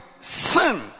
sin